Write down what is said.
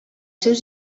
seus